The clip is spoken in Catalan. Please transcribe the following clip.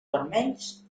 vermells